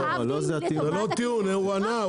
להבדיל מטובת הקמעונאי --- זה לא הטיעון,